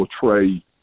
portray